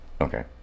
Okay